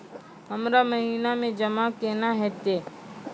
हमरा महिना मे जमा केना हेतै?